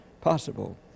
possible